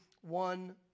one